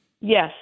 Yes